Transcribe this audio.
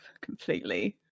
completely